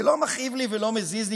זה לא מכאיב לי ולא מזיז לי,